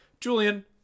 julian